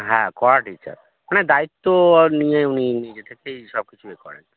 হ্যাঁ কড়া টিচার মানে দায়িত্ব নিয়ে উনি নিজে থেকেই সব কিছু ইয়ে করেন